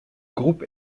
groupe